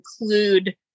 include